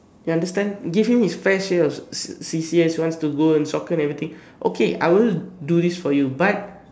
you understand give him his fresh year of C~ C_C_A he want to go soccer and everything okay I will do this for you but